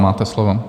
Máte slovo.